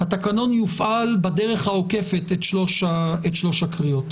התקנון יופעל בדרך העוקפת את שלוש הקריאות.